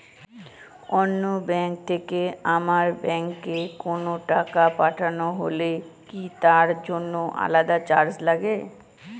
অন্য ব্যাংক থেকে আমার ব্যাংকে কোনো টাকা পাঠানো হলে কি তার জন্য আলাদা চার্জ লাগে?